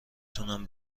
تونم